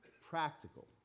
practical